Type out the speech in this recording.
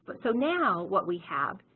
but so now what we have,